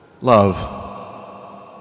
love